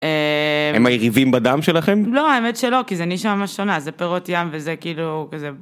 הם היריבים בדם שלכם? לא האמת שלא כי זה נשמע שונה זה פירות ים וזה כאילו.